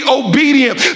obedient